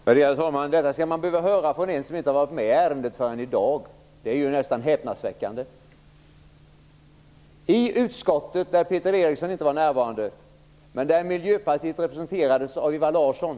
Värderade talman! Detta skall man behöva höra från en som inte har varit med vid behandlingen av ärendet förrän i dag. Det är häpnadsväckande. Peter Eriksson var inte närvarande i utskottet, men Miljöpartiet representerades av Ewa Larsson.